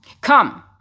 Come